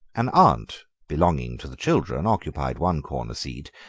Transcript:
an aunt belonging to the children occupied one corner seat,